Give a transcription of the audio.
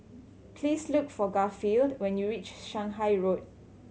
please look for Garfield when you reach Shanghai Road